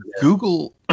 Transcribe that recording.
Google –